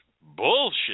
bullshit